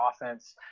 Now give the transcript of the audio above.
offense